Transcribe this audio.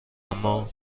اما